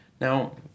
Now